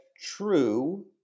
true